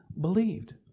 believed